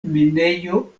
minejo